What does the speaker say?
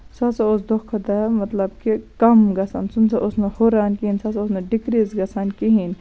سُہ ہسا اوس دۄہ کھۄتہٕ دۄہ مطلب کہِ کَم گژھان سُہ نہ سا اوس نہٕ ہُران کِہیٖنۍ سُہ نہ سا اوس نہٕ ڈِکریٖز گژھان کِہیٖنۍ